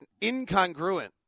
incongruent